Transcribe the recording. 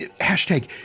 hashtag